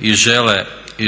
i